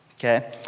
Okay